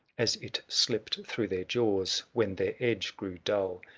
as it slipped through their jaws, when their edge grew dull,